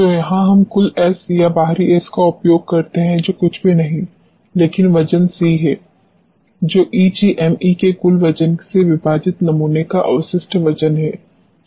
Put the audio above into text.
तो यहां हम कुल S या बाहरी S का उपयोग करते हैं जो कुछ भी नहीं है लेकिन वजन C है जो ईजीएमई के कुल वजन से विभाजित नमूने का अवशिष्ट वजन है जो उपयोग किया जाता है